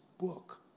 book